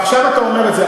ועכשיו אתה אומר את זה.